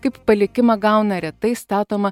kaip palikimą gauna retai statomą